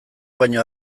baino